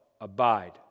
abide